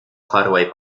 hideaway